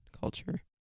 culture